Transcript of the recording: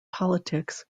politics